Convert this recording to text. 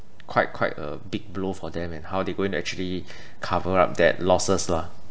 quite quite a big blow for them and how they going to actually cover up that losses lah